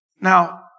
Now